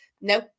no